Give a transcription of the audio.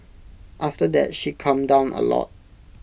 after that she calmed down A lot